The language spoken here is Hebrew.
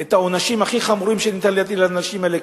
את העונשים הכי חמורים שניתן להטיל על אנשים אלה,